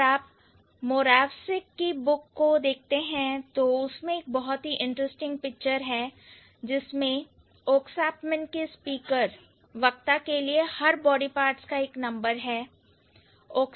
अगर आप Moravcsik की book को देखते हैं तो उसमें एक बहुत ही इंटरेस्टिंग पिक्चर है जिसमें Oksapmin के स्पीकर वक्ता के लिए हर बॉडी पार्ट्स का एक नंबर है